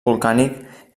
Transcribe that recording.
volcànic